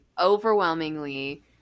overwhelmingly